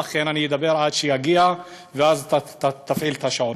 לכן אני אדבר עד שיגיע ואז תפעיל את השעון.